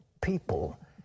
people